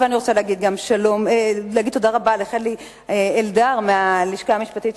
אני רוצה גם להגיד תודה רבה לחלי אלדר מהלשכה המשפטית,